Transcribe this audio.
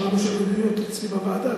שמענו עדויות אצלי בוועדה,